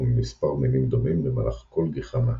ממספר מינים דומים במהלך כל גיחה מהקן.